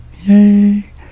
Yay